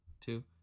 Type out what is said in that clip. two